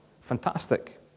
Fantastic